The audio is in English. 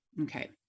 okay